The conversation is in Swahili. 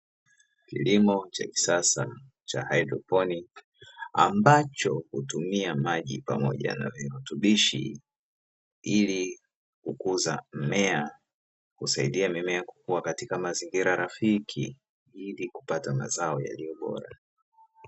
Kilimo cha kisasa cha haidroponi, ambacho hutumia maji pamoja na virutubishi ili kukuza mmea; husaidia mmea kukua katika mazingira rafiki ili kupata mazao yaliyo bora.